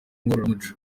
ngororamuco